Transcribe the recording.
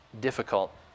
difficult